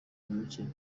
muke